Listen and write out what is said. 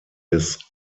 des